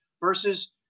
versus